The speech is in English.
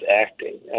acting